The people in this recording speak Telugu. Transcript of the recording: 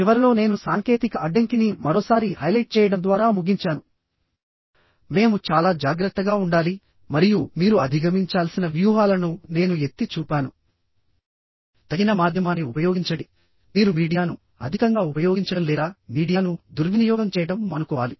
చివరలో నేను సాంకేతిక అడ్డంకిని మరోసారి హైలైట్ చేయడం ద్వారా ముగించాను మేము చాలా జాగ్రత్తగా ఉండాలి మరియు మీరు అధిగమించాల్సిన వ్యూహాలను నేను ఎత్తి చూపాను తగిన మాధ్యమాన్ని ఉపయోగించండిమీరు మీడియాను అధికంగా ఉపయోగించడం లేదా మీడియాను దుర్వినియోగం చేయడం మానుకోవాలి